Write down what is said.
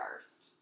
first